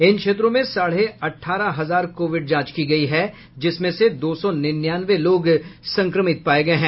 इन क्षेत्रों में साढ़े अठारह हजार कोविड जांच की गयी है जिसमें से दो सौ निन्यानवे लोग संक्रमित पाये गये हैं